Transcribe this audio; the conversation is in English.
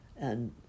And